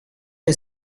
que